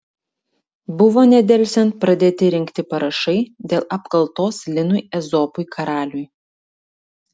buvo nedelsiant pradėti rinkti parašai dėl apkaltos linui ezopui karaliui